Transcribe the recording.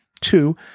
Two